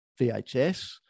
VHS